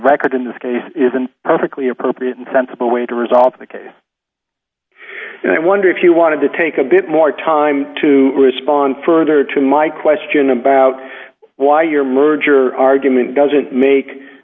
record in this case isn't perfectly appropriate and sensible way to resolve the case and i wonder if you want to take a bit more time to respond further to my question about why your merger argument doesn't make